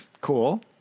Cool